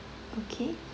okay